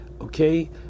Okay